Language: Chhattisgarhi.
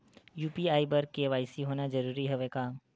यू.पी.आई बर के.वाई.सी होना जरूरी हवय का?